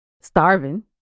Starving